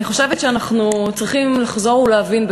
אני חושבת שאנחנו צריכים לחזור ולהבין,